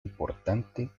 importante